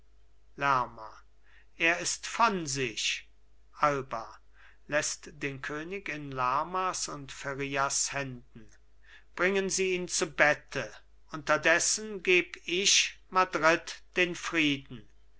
lerma er ist von sich alba läßt den könig in lermas und ferias händen bringen sie ihn zu bette unterdessen geb ich madrid den frieden